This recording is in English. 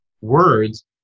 words